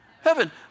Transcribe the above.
heaven